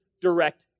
direct